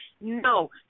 no